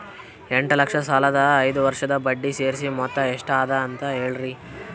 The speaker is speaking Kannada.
ಎಂಟ ಲಕ್ಷ ಸಾಲದ ಐದು ವರ್ಷದ ಬಡ್ಡಿ ಸೇರಿಸಿ ಮೊತ್ತ ಎಷ್ಟ ಅದ ಅಂತ ಹೇಳರಿ?